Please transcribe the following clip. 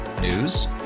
News